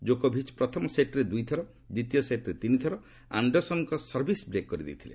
ଜୋକୋଭିଚ୍ ପ୍ରଥମ ସେଟ୍ରେ ଦୁଇଥର ଦ୍ୱିତୀୟ ସେଟ୍ରେ ତିନିଥର ଆଣ୍ଡରସନଙ୍କ ସର୍ଭିସ୍ ବ୍ରେକ୍ କରିଥିଲେ